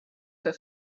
for